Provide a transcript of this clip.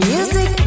Music